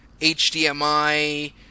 HDMI